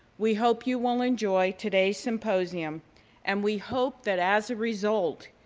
we hope you will enjoy today's symposium and we hope that as a result,